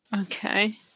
Okay